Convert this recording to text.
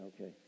okay